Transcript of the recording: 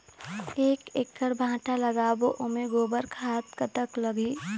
एक एकड़ भांटा लगाबो ओमे गोबर खाद कतक लगही?